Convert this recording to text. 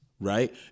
Right